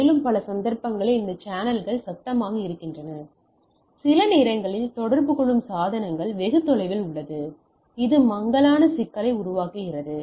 மேலும் பல சந்தர்ப்பங்களில் இந்த சேனல்கள் சத்தமாக இருக்கின்றன சில நேரங்களில் தொடர்பு கொள்ளும் சாதனங்கள் வெகு தொலைவில் உள்ளன இது மங்கலான சிக்கலை உருவாக்குகிறது